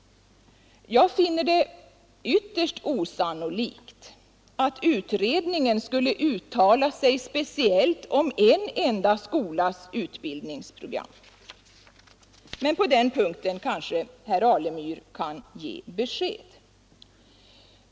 Jag finner det ytterst osannolikt att utredningen skulle uttala sig speciellt om en enda skolas utbildningsprogram, men på den punkten kanske herr Alemyr kan ge besked.